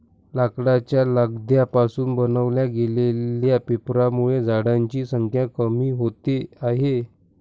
लाकडाच्या लगद्या पासून बनवल्या गेलेल्या पेपरांमुळे झाडांची संख्या कमी होते आहे